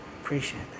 Appreciate